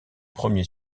premier